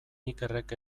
ikerrek